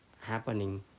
happening